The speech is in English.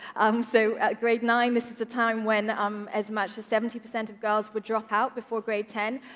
um so, at grade nine, this is the time when um as much as seventy percent of girls would drop out before grade ten.